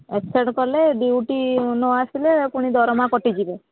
absent କଲେ duty ନ ଆସିଲେ ପୁଣି ଦରମା କଟିଯିବ